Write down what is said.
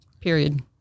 period